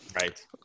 right